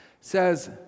says